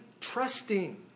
trusting